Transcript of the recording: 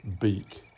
beak